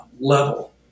level